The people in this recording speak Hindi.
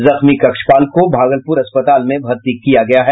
जख्मी कक्षपाल को भागलपुर अस्पताल में भर्ती किया गया है